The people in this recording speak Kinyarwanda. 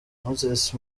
moses